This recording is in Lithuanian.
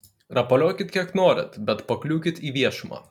rapaliokit kiek norit bet pakliūkit į viešumą